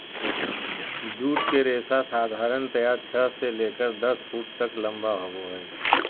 jute के रेशा साधारणतया छह से लेकर दस फुट तक लम्बा होबो हइ